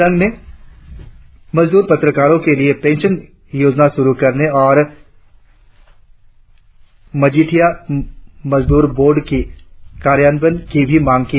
संघ ने मजदूर पत्रकारों के लिए पेंशन योजना शुरु करने और मजीठिया मजदूर बोर्ड की कार्यान्वयन की भी मांग की